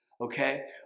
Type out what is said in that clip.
okay